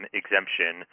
exemption